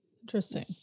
Interesting